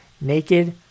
naked